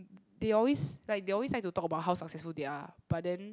they always like they always like to talk about how successful they are but then